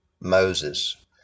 Moses